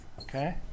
Okay